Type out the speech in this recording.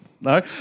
No